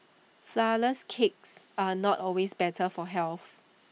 Flourless Cakes are not always better for health